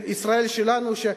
של ישראל שלנו.